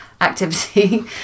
Activity